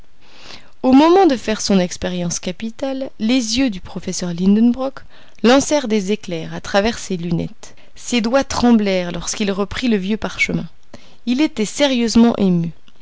au moment de faire son expérience capitale les yeux du professeur lidenbrock lancèrent des éclairs à travers ses lunettes ses doigts tremblèrent lorsqu'il reprit le vieux parchemin il était sérieusement ému